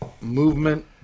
movement